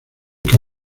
que